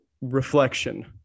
reflection